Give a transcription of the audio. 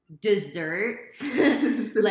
desserts